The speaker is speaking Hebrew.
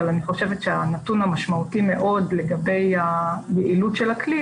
אבל אני חושבת שהנתון המשמעותי מאוד לגבי היעילות של הכלי